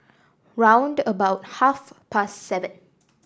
round about half past seven